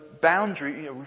boundary